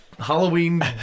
Halloween